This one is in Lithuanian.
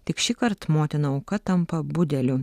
tik šįkart motina auka tampa budeliu